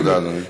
תודה, אדוני.